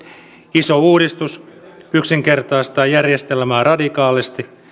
iso uudistus yksinkertaistaa järjestelmää radikaalisti